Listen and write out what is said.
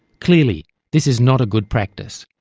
clearly this is not a good practice,